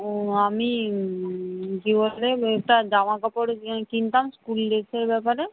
ও আমি কি বলে মেয়েটার জামা কাপড় কিনতাম স্কুল ড্রেসের ব্যাপারে